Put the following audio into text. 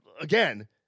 again